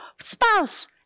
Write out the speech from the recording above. spouse